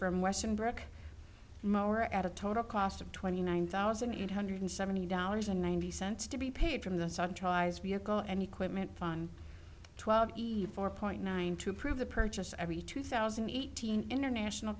from western brook mower at a total cost of twenty nine thousand eight hundred seventy dollars and ninety cents to be paid from the sun tries vehicle and equipment fun twelve four point nine to approve the purchase every two thousand eight hundred international